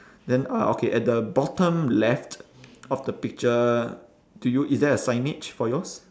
then uh okay at the bottom left of the picture do you is there a signage for yours